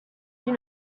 you